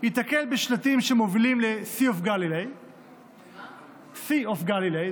ייתקל בשלטים שמובילים ל-Sea of Galilee,